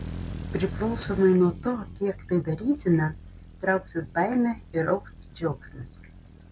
priklausomai nuo to kiek tai darysime trauksis baimė ir augs džiaugsmas